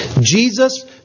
Jesus